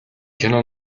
кино